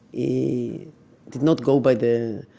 he did not go by the,